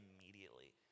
immediately